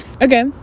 Okay